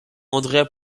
andrea